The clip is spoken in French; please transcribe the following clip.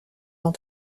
dans